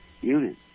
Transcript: unit